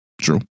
True